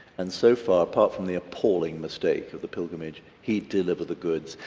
and so far, apart from the appalling mistake of the pilgrimage, he'd delivered the goods,